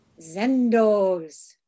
Zendos